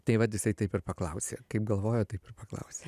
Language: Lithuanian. tai vat jisai taip ir paklausė kaip galvojo taip ir paklausė